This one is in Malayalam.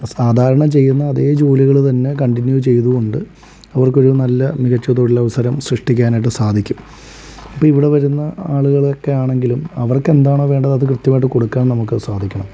സാധാരണ ചെയുന്ന അതേ ജോലികൾ തന്നെ കൺടിന്യൂ ചെയ്തുകൊണ്ട് അവർക്ക് ഒരു നല്ല മികച്ച തൊഴിലവസരം സൃഷ്ടിക്കാനായിട്ടു സാധിക്കും ഇപ്പോൾ ഇവിടെ വരുന്ന ആളുകളൊക്കെ ആണെങ്കിലും അവർക്ക് എന്താണോ വേണ്ടത് അത് കൃത്യമായിട്ട് കൊടുക്കാൻ നമുക്ക് സാധിക്കണം